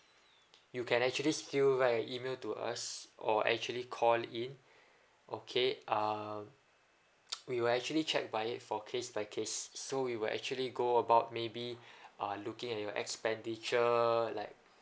you can actually still write a email to us or actually call in okay um we will actually check by it for case by case so we will actually go about maybe ah looking at your expenditure like